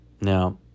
Now